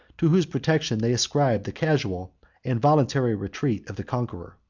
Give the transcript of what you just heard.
to whose protection they ascribed the casual and voluntary retreat of the conqueror.